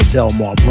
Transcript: Delmar